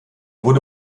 wurde